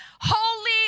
Holy